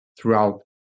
throughout